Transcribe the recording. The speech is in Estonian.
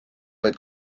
vaid